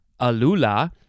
alula